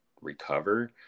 recover